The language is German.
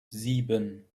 sieben